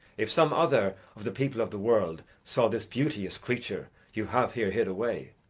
if some other of the people of the world saw this beauteous creature you have here hid away,